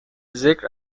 ذکر